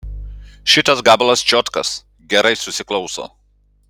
šitas gabalas čiotkas gerai susiklauso